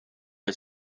aus